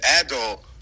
adult